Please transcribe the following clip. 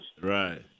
Right